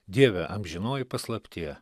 dieve amžinoji paslaptie